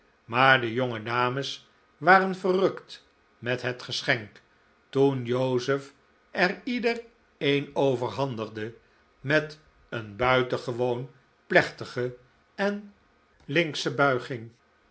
maar de jonge dames waren verrukt met het geschenk toen joseph er ieder een overhandigde met een buitengewoon plechtige en linksche buiging